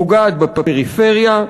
פוגעת בפריפריה,